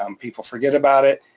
um people forget about it.